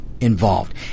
involved